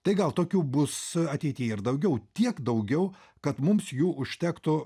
tai gal tokių bus ateity ir daugiau tiek daugiau kad mums jų užtektų